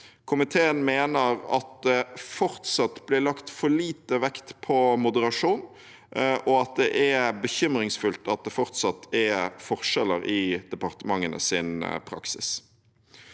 Komiteen mener at det fortsatt blir lagt for lite vekt på moderasjon, og at det er bekymringsfullt at det fortsatt er forskjeller i departementenes praksis.